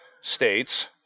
states